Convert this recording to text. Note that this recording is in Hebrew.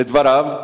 לדבריו,